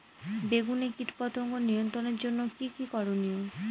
বেগুনে কীটপতঙ্গ নিয়ন্ত্রণের জন্য কি কী করনীয়?